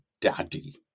daddy